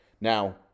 Now